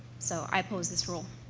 so, i oppose this rule.